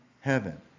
heaven